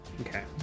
Okay